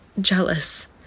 jealous